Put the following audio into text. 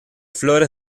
flores